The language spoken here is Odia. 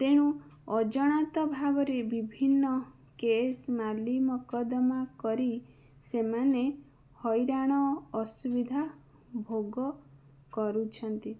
ତେଣୁ ଅଜାଣତ ଭାବରେ ବିଭିନ୍ନ କେସ୍ ମାଲି ମକଦ୍ଦମା କରି ସେମାନେ ହଇରାଣ ଅସୁବିଧା ଭୋଗ କରୁଛନ୍ତି